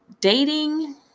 dating